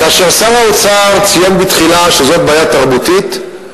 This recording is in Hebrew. כאשר שר האוצר ציין בתחילה שזאת בעיה תרבותית,